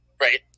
right